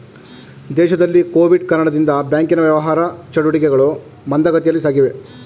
ದೇಶದಲ್ಲಿ ಕೊವಿಡ್ ಕಾರಣದಿಂದ ಬ್ಯಾಂಕಿನ ವ್ಯವಹಾರ ಚಟುಟಿಕೆಗಳು ಮಂದಗತಿಯಲ್ಲಿ ಸಾಗಿವೆ